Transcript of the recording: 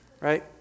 right